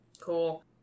Cool